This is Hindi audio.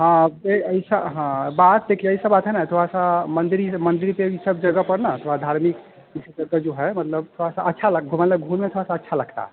हाँ ऐसा हाँ बात देखिए ऐसी बात है ना थोड़ा सा मन्दिर मन्दिर पर यह सब जगह पर ना थोड़ा धार्मिक इसी तरह का जो है मतलब थोड़ा सा अच्छा लग मतलब घूमना थोड़ा सा अच्छा लगता है